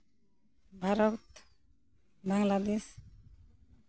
Bharat Bangladesh